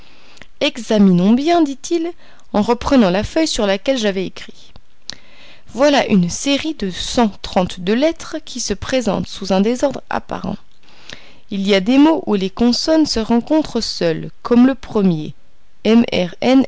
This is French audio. examinons bien dit-il en reprenant la feuille sur laquelle j'avais écrit voilà une série de cent trente-deux lettres qui se présentent sous un désordre apparent il y a des mots où les consonnes se rencontrent seules comme le premier